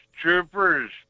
troopers